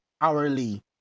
hourly